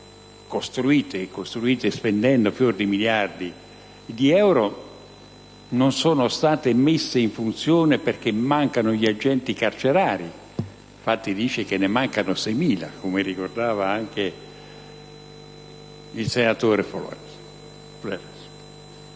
carceri, costruite spendendo fior di milioni di euro, non siano state messe in funzione, cioè perché mancano gli agenti carcerari. Infatti, si dice ne manchino 6.000, come ricordava anche il senatore Fleres.